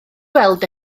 weld